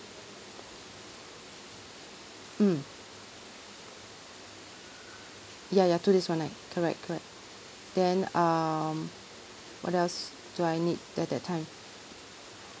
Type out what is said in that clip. mm ya ya two days one night correct correct then um what else do I need that that time